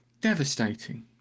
devastating